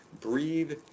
Breathe